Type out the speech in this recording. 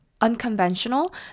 unconventional